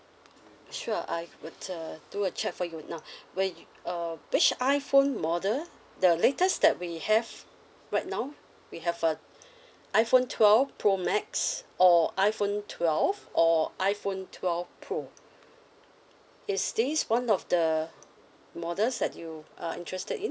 sure I would do a check for you now where eh which iPhone model the latest that we have right now we have uh iPhone twelve pro max or iPhone twelve or iPhone twelve pro is this [one] of the models that you are interested in